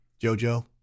Jojo